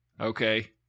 Okay